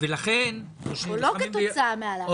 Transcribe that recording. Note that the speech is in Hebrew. ולכן --- או לא כתוצאה מההעלאה,